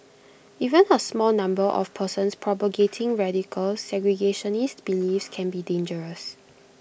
even A small number of persons propagating radical segregationist beliefs can be dangerous